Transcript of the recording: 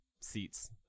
seats